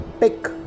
Pick